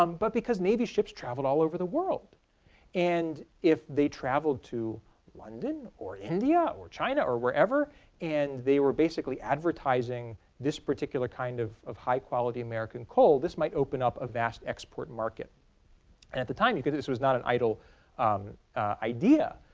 um but because navy ships traveled all over the world and if they traveled to london or india or china or wherever and they were basically advertising this particular kind of of high-quality american coal, this might open up a vast export market and at the time this as not an idle idea.